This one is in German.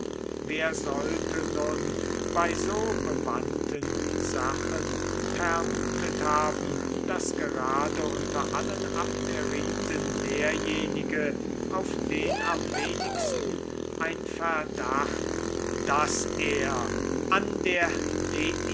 wer sollte nun bei so bewandten sachen vermutet haben daß gerade unter allen abderiten derjenige auf den am wenigsten ein verdacht daß er an der